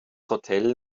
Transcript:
hotel